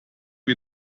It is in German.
wir